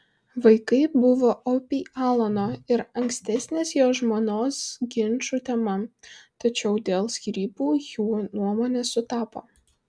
vaikai buvo opi alano ir ankstesnės jo žmonos ginčų tema tačiau dėl skyrybų jų nuomonės sutapo